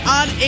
on